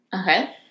Okay